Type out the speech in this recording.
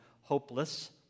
hopeless